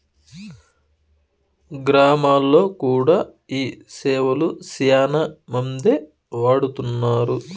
గ్రామాల్లో కూడా ఈ సేవలు శ్యానా మందే వాడుతున్నారు